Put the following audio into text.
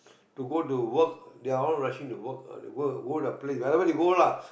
to go to work they're all rushing to work ah go their place wherever they go lah